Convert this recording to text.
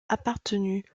appartenu